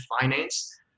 finance